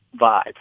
vibe